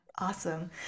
awesome